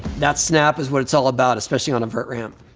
that snap is what it's all about, especially on a vert ramp.